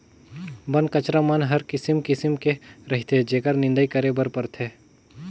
बन कचरा मन हर किसिम किसिम के रहथे जेखर निंदई करे बर परथे